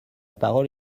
parole